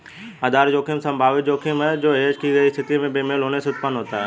आधार जोखिम संभावित जोखिम है जो हेज की गई स्थिति में बेमेल होने से उत्पन्न होता है